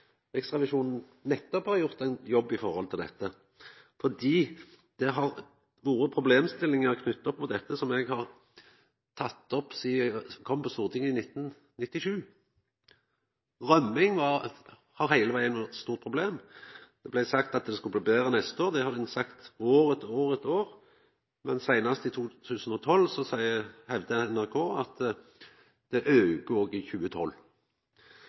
Riksrevisjonen nettopp har gjort ein jobb når det gjeld dette, fordi det har vore problemstillingar knytte opp mot dette som eg har tatt opp sidan eg kom inn på Stortinget i 1997. Rømming har heile vegen vore eit stort problem. Det blei sagt at det skulle bli betre neste år – det har ein sagt år etter år etter år – men seinast i 2012 hevda NRK at det